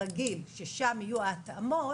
הרגיל ששם יהיו ההתאמות,